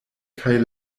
kaj